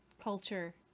culture